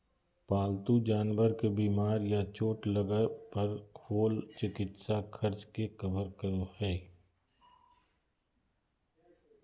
पालतू जानवर के बीमार या चोट लगय पर होल चिकित्सा खर्च के कवर करो हइ